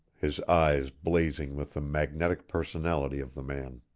his eyes blazing with the magnetic personality of the man.